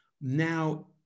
now